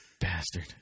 bastard